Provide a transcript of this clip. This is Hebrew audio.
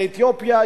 באתיופיה.